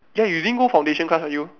eh you didn't go foundation class ah you